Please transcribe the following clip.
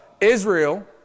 Israel